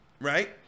Right